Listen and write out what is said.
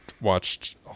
watched